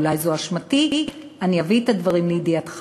אולי זאת אשמתי, אני אביא את הדברים לידיעתך.